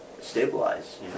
stabilize